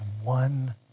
one